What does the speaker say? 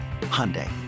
Hyundai